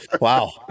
Wow